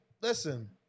Listen